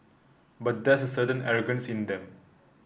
but there's a certain arrogance in them